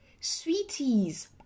sweeties